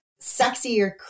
sexier